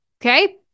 okay